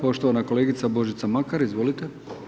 Poštovana kolegica Božica Makar, izvolite.